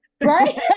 Right